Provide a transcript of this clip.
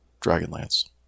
Dragonlance